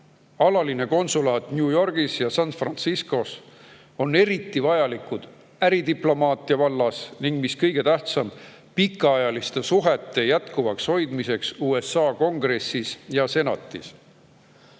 alaline konsulaat New Yorgis ja San Franciscos eriti vajalikud äridiplomaatia vallas ning mis kõige tähtsam, pikaajaliste suhete jätkuvaks hoidmiseks USA Kongressis ja